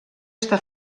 està